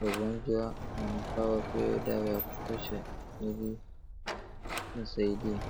Wagonjwa wanafaa wapewe dawa ya kutosha ili iwasaidie.